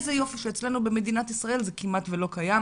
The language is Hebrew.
איזה יופי שאצלנו במדינת ישראל זה כמעט ולא קיים,